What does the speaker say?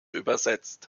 übersetzt